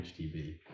HTV